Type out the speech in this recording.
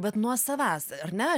bet nuo savęs ar ne